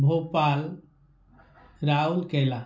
Bhopal Rourkela